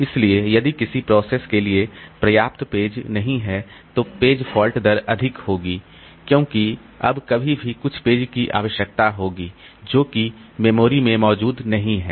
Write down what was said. इसलिए यदि किसी प्रोसेस के लिए पर्याप्त पेज नहीं हैं तो पेज फॉल्ट दर अधिक होगी क्योंकि अब कभी भी कुछ पेज की आवश्यकता होगी जो कि मेमोरी में मौजूद नहीं है